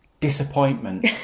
disappointment